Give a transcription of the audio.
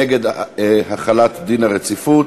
נגד החלת דין הרציפות.